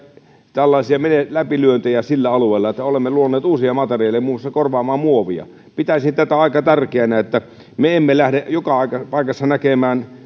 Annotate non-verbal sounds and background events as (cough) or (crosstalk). tällaisia läpilyöntejä sillä alueella että olemme luoneet uusia materiaaleja muun muassa korvaamaan muovia pitäisin tätä aika tärkeänä että me emme lähde joka paikassa näkemään (unintelligible)